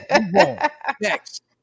Next